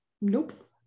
nope